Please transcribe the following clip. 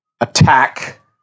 attack